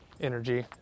energy